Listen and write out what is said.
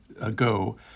ago